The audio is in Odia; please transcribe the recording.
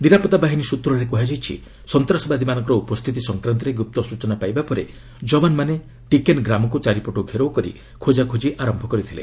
ନିରାପତ୍ତା ବାହିନୀ ସୂତ୍ରରେ କୁହାଯାଇଛି ସନ୍ତାସବାଦୀମାନଙ୍କର ଉପସ୍ଥିତି ସଂକ୍ରାନ୍ତରେ ଗୁପ୍ତ ସୂଚନା ପାଇବା ପରେ ଯବାନମାନେ ଟିକେନ୍ ଗ୍ରାମକୁ ଚାରିପଟୁ ଘେରାଉ କରି ଖୋଜାଖୋଜି ଆରମ୍ଭ କରିଥିଲେ